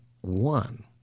one